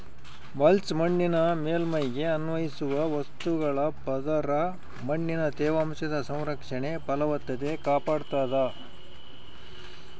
mulch ಮಣ್ಣಿನ ಮೇಲ್ಮೈಗೆ ಅನ್ವಯಿಸುವ ವಸ್ತುಗಳ ಪದರ ಮಣ್ಣಿನ ತೇವಾಂಶದ ಸಂರಕ್ಷಣೆ ಫಲವತ್ತತೆ ಕಾಪಾಡ್ತಾದ